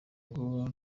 ngo